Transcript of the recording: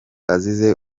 azize